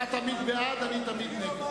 אתה תמיד בעד, אני תמיד נגד.